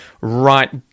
right